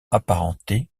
apparenté